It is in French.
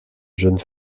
jeune